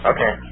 Okay